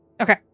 Okay